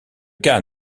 cas